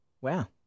Wow